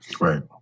right